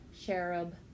cherub